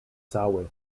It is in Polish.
cały